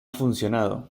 funcionado